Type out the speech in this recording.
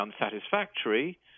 unsatisfactory